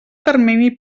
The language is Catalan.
termini